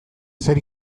zer